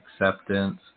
acceptance